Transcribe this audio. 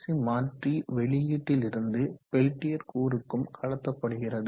C மாற்றி வெளியீட்டிலிருந்து Peltier கூறுக்கும் கடத்தப்படுகிறது